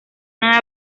una